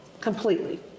completely